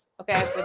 Okay